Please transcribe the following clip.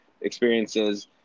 experiences